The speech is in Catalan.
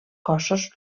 cossos